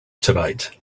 tonight